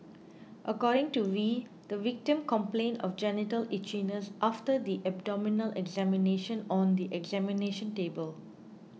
according to Wee the victim complained of genital itchiness after the abdominal examination on the examination table